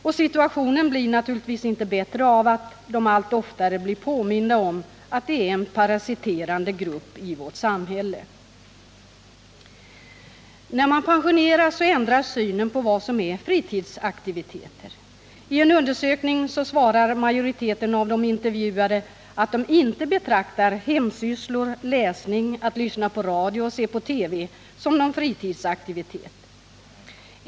Och situationen blir naturligtvis inte bättre av att de allt oftare blir påminda om att de är en parasiterande grupp i vårt samhälle. När man pensioneras ändras också synen på vad som är fritidsaktiviteter. I en undersökning svarar majoriteten av de intervjuade att de inte betraktar hemsysslor, läsning, att lyssna på radio och se på TV som några fritidsaktiviteter.